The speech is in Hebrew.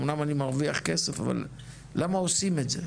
אמנם אני מרווח כסף, אבל למה עושים את זה?